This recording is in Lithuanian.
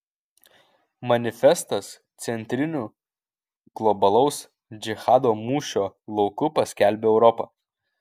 manifestas centriniu globalaus džihado mūšio lauku paskelbė europą